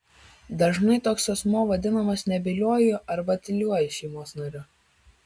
dažnai toks asmuo vadinamas nebyliuoju arba tyliuoju šeimos nariu